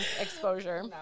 exposure